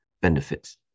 benefits